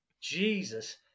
Jesus